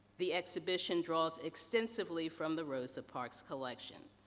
the exhibition draws extensively from the rosa parks collection.